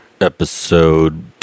episode